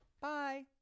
Bye